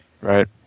right